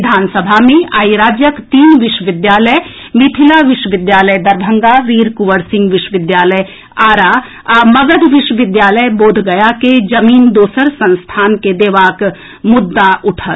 विधानसभा मे आई राज्यक तीन विश्वविद्यालय मिथिला विश्वविद्यालय दरभंगा वीरकुवंर सिंह विश्वविद्यालय आरा आ मगध विश्वविद्यालय बोधगया के जमीन दोसर संस्थान के देबाक मुद्दा उठल